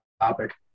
topic